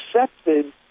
accepted